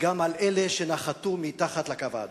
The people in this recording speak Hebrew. גם על אלה שנחתו מתחת לקו האדום.